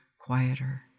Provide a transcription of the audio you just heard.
quieter